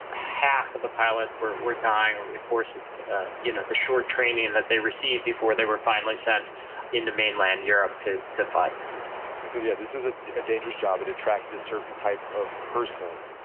half of the pilots were were dying over the course of you know the short training that they received before they were finally sent into mainland europe to to fight so yeah, this was ah a dangerous job, it attracted a certain type of person.